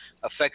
affects